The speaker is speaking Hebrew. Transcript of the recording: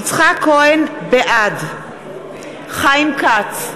בעד חיים כץ,